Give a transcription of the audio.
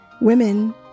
Women